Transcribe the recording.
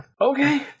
Okay